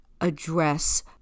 address